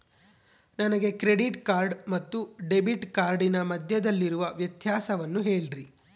ನನಗೆ credit card ಮತ್ತು debit ಕಾರ್ಡಿನ ಮಧ್ಯದಲ್ಲಿರುವ ವ್ಯತ್ಯಾಸವನ್ನು ಹೇಳ್ರಿ?